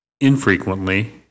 infrequently